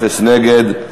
אפס נגד.